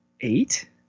eight